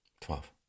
Twelve